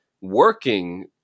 working